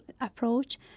approach